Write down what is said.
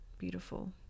beautiful